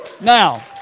Now